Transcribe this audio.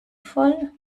voll